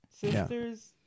sisters